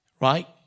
right